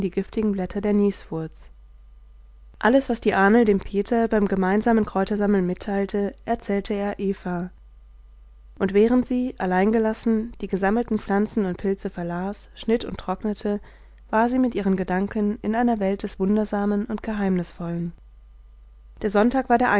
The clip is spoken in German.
giftigen blätter der nieswurz alles was die ahnl dem peter beim gemeinsamen kräutersammeln mitteilte erzählte er eva und während sie allein gelassen die gesammelten pflanzen und pilze verlas schnitt und trocknete war sie mit ihren gedanken in einer welt des wundersamen und geheimisvollen der sonntag war der